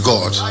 God